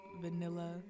vanilla